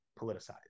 politicized